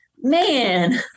man